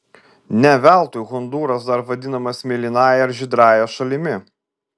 ne veltui hondūras dar vadinamas mėlynąja ar žydrąja šalimi